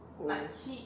oh